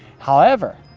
however,